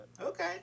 Okay